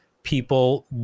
people